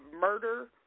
murder